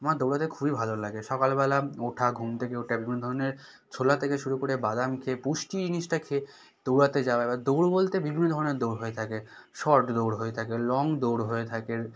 আমার দৌড়াতে খুবই ভালো লাগে সকালবেলা ওঠা ঘুম থেকে উঠে বিভিন্ন ধরনের ছোলা থেকে শুরু করে বাদাম খেয়ে পুষ্টি জিনিসটা খেয়ে দৌড়াতে যাওয়া এবার দৌড় বলতে বিভিন্ন ধরনের দৌড় হয়ে থাকে শর্ট দৌড় হয়ে থাকে লং দৌড় হয়ে থাকে